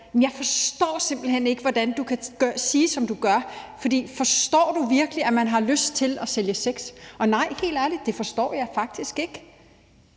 Jeg forstår simpelt hen ikke, hvordan du kan sige, som du gør, for forstår du virkelig, at man har lyst til at sælge sex? Og nej, helt ærligt, det forstår jeg faktisk ikke.